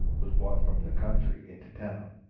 was brought from the country into town,